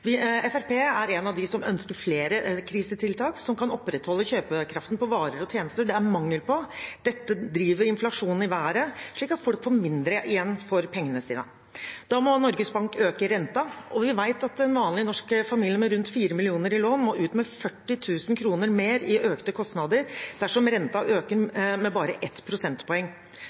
mangel på. Dette driver inflasjonen i været, slik at folk får mindre igjen for pengene sine. Da må Norges Bank øke renten, og vi vet at en vanlig norsk familie med rundt 4 mill. kr i lån, må ut med 40 000 kr i økte kostnader dersom renten øker med bare 1 prosentpoeng